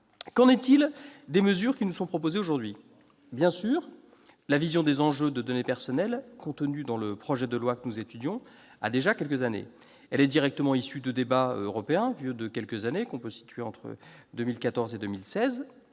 Qu'en est-il des mesures qui nous sont proposées aujourd'hui ? Bien sûr, la vision des enjeux relatifs à la protection des données personnelles contenue dans le projet de loi que nous étudions a déjà quelques années. Elle est directement issue de débats européens que l'on peut situer entre 2014 et 2016.